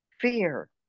fear